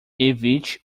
evite